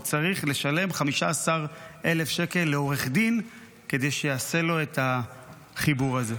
צריך לשלם 15,000 שקל לעורך דין כדי שיעשה לו את החיבור הזה.